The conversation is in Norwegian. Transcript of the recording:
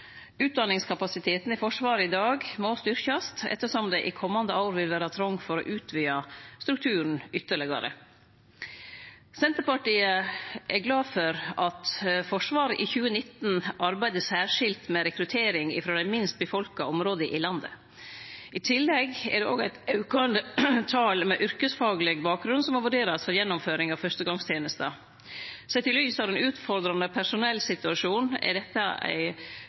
Utdanningskapasiteten i Forsvaret i dag må styrkjast ettersom det i dei komande åra vil vere ein trong for å utvide strukturen ytterlegare. Senterpartiet er glad for at Forsvaret i 2019 arbeidde spesielt med rekruttering frå dei minst befolka områda i landet. I tillegg er det òg eit aukande tal med yrkesfagleg bakgrunn som må vurderast for gjennomføring av førstegongstenesta. Sett i lys av den utfordrande personellsituasjonen er dette ei